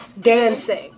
dancing